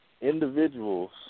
individuals